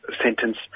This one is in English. sentence